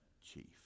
chief